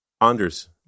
Anders